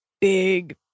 big